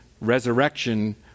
resurrection